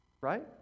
Right